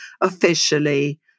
officially